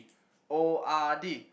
O_R_D